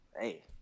Hey